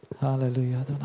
Hallelujah